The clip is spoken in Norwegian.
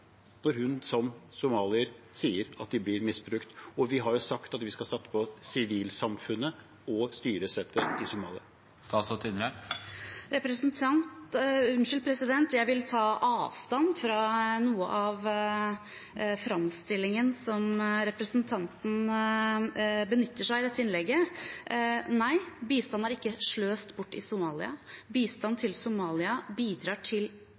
når hun som somalier sier at midlene blir misbrukt? Vi har jo sagt at vi skal satse på sivilsamfunnet og styresettet i Somalia. Jeg vil ta avstand fra noe av den framstillingen representanten benytter i dette innlegget. Nei, bistand er ikke sløst bort i Somalia, bistand til Somalia bidrar til